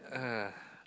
uh